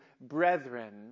brethren